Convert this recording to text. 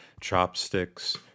chopsticks